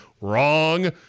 Wrong